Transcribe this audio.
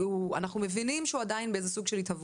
אנחנו מבינים שהוא עדיין באיזה שהוא סוג של התהוות,